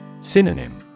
Synonym